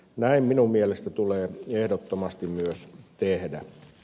näin minun mielestäni tulee ehdottomasti myös tehdä